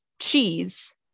cheese